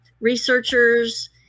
researchers